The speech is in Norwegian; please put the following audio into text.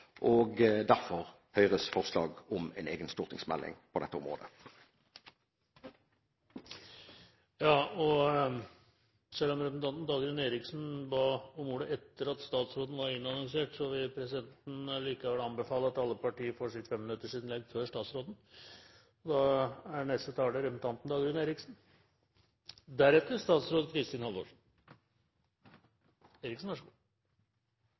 derfor Høyres forslag om en egen stortingsmelding på dette området. Selv om representanten Dagrun Eriksen ba om ordet etter at statsråden var annonsert, vil presidenten allikevel anbefale at alle partier får sitt femminuttersinnlegg før statsråden. Da er neste taler representanten Dagrun Eriksen, og deretter statsråd Kristin Halvorsen.